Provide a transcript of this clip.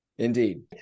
Indeed